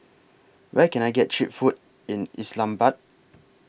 Where Can I get Cheap Food in Islamabad